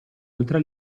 oltre